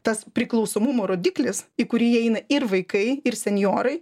tas priklausomumo rodiklis į kurį įeina ir vaikai ir senjorai